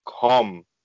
come